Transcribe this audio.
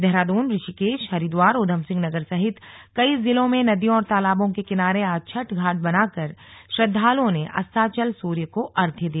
देहरादून ऋषिकेश हरिद्वार ऊधमसिंह नगर सहित कई जिलों में नदियों और तालाबों के किनारे आज छठ घाट बनाकर श्रद्वालुओं ने अस्ताचल होते सूर्य को अर्घ्य दिया